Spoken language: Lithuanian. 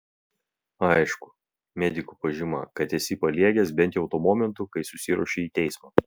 aišku medikų pažyma kad esi paliegęs bent jau tuo momentu kai susiruošei į teismą